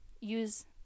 use